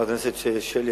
חברת הכנסת שלי,